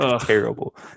Terrible